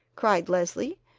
cried leslie.